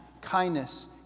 kindness